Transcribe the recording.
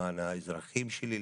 למען האזרחים שלי,